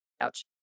Ouch